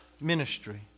ministry